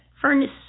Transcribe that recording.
furnace